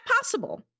possible